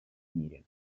мире